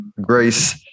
grace